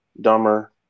dumber